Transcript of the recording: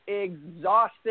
exhausted